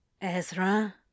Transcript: Ezra